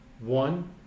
One